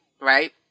right